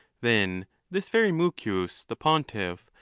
then this very mucius the pontiff,